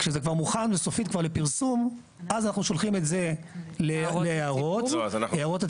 כשזה כבר מוכן וסופית כבר לפרסום אז אנחנו שולחים את זה להערות הציבור.